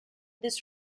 this